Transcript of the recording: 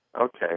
Okay